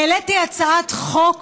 העליתי הצעת חוק